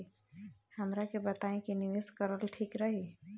हमरा के बताई की निवेश करल ठीक रही?